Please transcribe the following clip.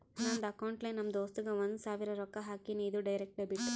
ನಂದ್ ಅಕೌಂಟ್ಲೆ ನಮ್ ದೋಸ್ತುಗ್ ಒಂದ್ ಸಾವಿರ ರೊಕ್ಕಾ ಹಾಕಿನಿ, ಇದು ಡೈರೆಕ್ಟ್ ಡೆಬಿಟ್